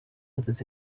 others